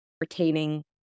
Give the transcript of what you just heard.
retaining